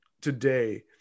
today